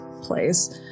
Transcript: place